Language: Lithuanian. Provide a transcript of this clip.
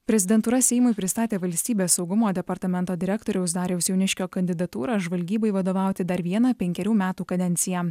prezidentūra seimui pristatė valstybės saugumo departamento direktoriaus dariaus jauniškio kandidatūrą žvalgybai vadovauti dar vieną penkerių metų kadenciją